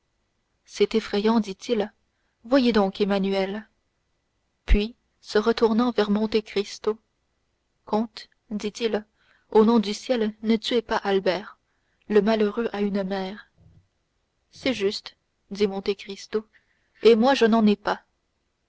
c'est effrayant dit-il voyez donc emmanuel puis se retournant vers monte cristo comte dit-il au nom du ciel ne tuez pas albert le malheureux a une mère c'est juste dit monte cristo et moi je n'en ai pas